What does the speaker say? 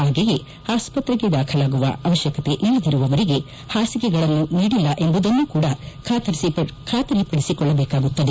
ಹಾಗೆಯೇ ಆಸ್ತ್ರೆಗೆ ದಾಖಲಾಗುವ ಅಮ್ಯಕತೆಯಿಲ್ಲದರುವವರಿಗೆ ಪಾಸಿಗೆಗಳನ್ನು ನೀಡಿಲ್ಲ ಎಂಬುದನ್ನೂ ಕೂಡ ಖಾತರಿಪಡಿಸಿಕೊಳ್ಳಬೇಕಾಗುತ್ತದೆ